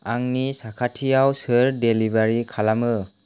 आंनि साखाथियाव सोर देलिभारि खालामो